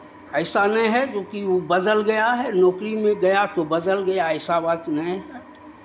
ऐसा नहीं है जोकि वो बदल गया है नौकरी में गया तो बदल गया ऐसा बात नहीं है